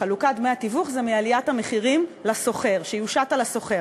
בחלוקת דמי התיווך זה עליית המחירים לשוכר כי זה יושת על השוכר.